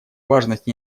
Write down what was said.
важность